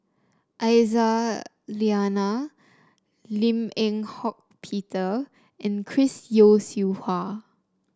Aisyah Lyana Lim Eng Hock Peter and Chris Yeo Siew Hua